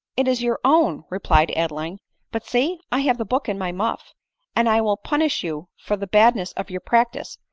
it is your own, replied adeline but see, i have the book in my muff and i will punish you for the badness of your practice,